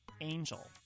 Angel